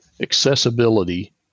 accessibility